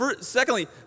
Secondly